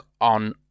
on